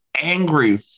angry